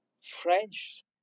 French